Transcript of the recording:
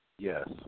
Yes